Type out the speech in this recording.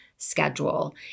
schedule